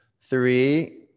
Three